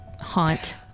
haunt